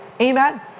Amen